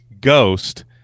ghost